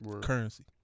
Currency